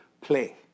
play